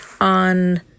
on